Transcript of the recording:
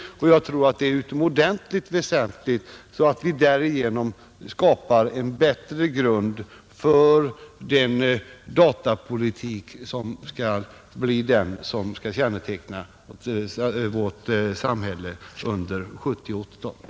Detta tror jag är utomordentligt väsentligt, eftersom vi därigenom skapar en bättre grund för den datapolitik som skall känneteckna vårt samhälle under 1970—1980-talen.